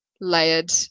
layered